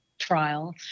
trial